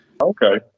okay